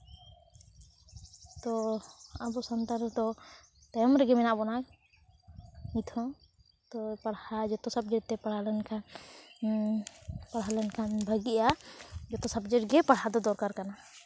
ᱛᱚ ᱟᱵᱚ ᱥᱟᱱᱛᱟᱲ ᱫᱚ ᱛᱟᱭᱚᱢ ᱨᱮᱜᱮ ᱢᱮᱱᱟᱜ ᱵᱚᱱᱟ ᱱᱤᱛᱦᱚᱸ ᱛᱚ ᱯᱟᱲᱦᱟᱣ ᱡᱚᱛᱚ ᱥᱟᱵᱡᱮᱠᱴ ᱛᱮ ᱯᱟᱲᱦᱟᱣ ᱞᱮᱱᱠᱷᱟᱱ ᱯᱟᱲᱦᱟ ᱞᱮᱱᱠᱷᱟᱱ ᱵᱷᱟᱜᱤᱜᱼᱟ ᱡᱚᱛᱚ ᱥᱟᱵᱡᱮᱠᱴ ᱜᱮ ᱯᱟᱲᱦᱟᱣ ᱫᱚ ᱫᱚᱨᱠᱟᱨ ᱠᱟᱱᱟ